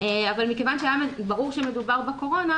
אבל מכיוון שהיה ברור שמדובר בקורונה,